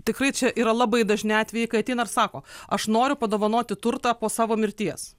tikrai čia yra labai dažni atvejai kai ateina ir sako aš noriu padovanoti turtą po savo mirties